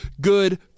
good